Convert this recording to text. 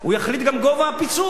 הוא יחליט גם על גובה הפיצוי.